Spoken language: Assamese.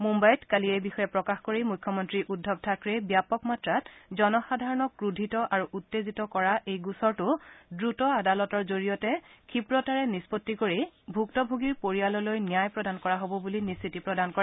মুম্বাইত কালি এই বিষয়ে প্ৰকাশ কৰি মুখ্যমন্ত্ৰী উদ্ধৱ থাকৰেই ব্যাপক মাত্ৰাত জনসাধাৰণক ক্ৰোধিত আৰু উত্তেজিত কৰা এই গোচৰটো দ্ৰুত আদালতৰ জৰিয়তে ক্ষিপ্ৰতাৰে নিষ্পত্তি কৰি ভুক্তভোগীৰ পৰিযাললৈ ন্যায় প্ৰদান কৰা হ'ব বুলি নিশ্চিতি প্ৰদান কৰে